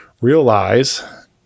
realize